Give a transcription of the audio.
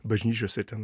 bažnyčiose ten